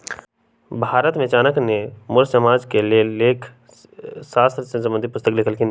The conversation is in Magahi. भारत में चाणक्य ने मौर्ज साम्राज्य के लेल लेखा शास्त्र से संबंधित पुस्तक लिखलखिन्ह